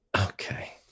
Okay